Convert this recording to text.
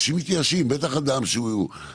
בטח אדם שרגיל לזה,